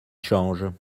changent